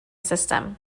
system